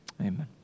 Amen